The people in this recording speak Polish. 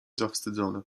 zawstydzony